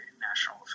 national